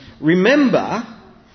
remember